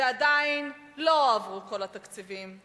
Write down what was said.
ועדיין לא הועברו כל התקציבים.